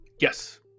Yes